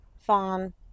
fawn